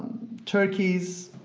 turkey's